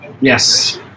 Yes